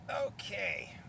Okay